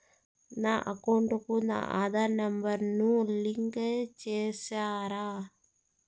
నా అకౌంట్ కు నా ఆధార్ నెంబర్ ను లింకు చేసారా